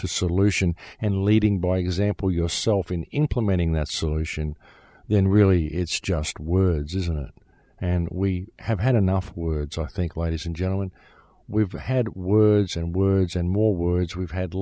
to solution and leading by example yourself in implementing that solution then really it's just words isn't it and we have had enough words i think why it is in general and we've had words and words and more words we've had